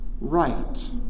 right